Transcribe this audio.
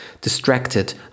distracted